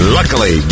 Luckily